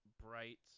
bright